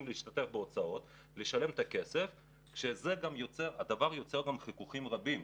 להשתתף בהוצאות שזה יוצר חיכוכים רבים.